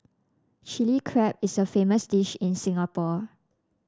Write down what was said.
Chilli Crab is a famous dish in Singapore